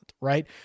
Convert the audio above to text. right